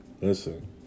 listen